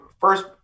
first